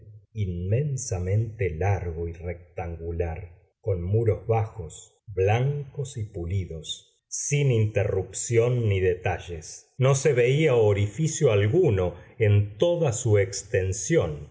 inmensamente largo y rectangular con muros bajos blancos y pulidos sin interrupción ni detalles no se veía orificio alguno en toda su extensión